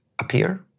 appear